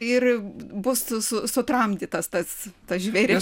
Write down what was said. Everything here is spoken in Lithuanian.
ir bus su sutramdytas tas tas žvėris